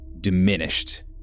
diminished